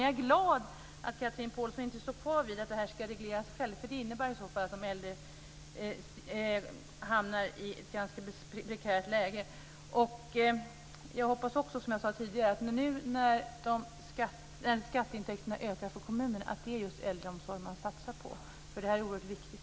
Jag är glad att Chatrine Pålsson inte står kvar vid att detta ska reglera sig självt. Det innebär att de äldre hamnar i ett ganska prekärt läge. Jag hoppas också att nu när skatteintäkterna ökar för kommunerna att man satsar dem på äldreomsorgen. Det är oerhört viktigt.